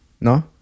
No